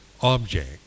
object